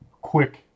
quick